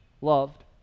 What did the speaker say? loved